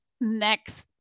next